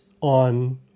on